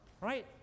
right